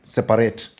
Separate